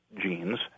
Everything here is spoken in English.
genes